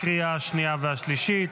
לקריאה השנייה והשלישית.